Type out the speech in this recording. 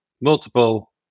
multiple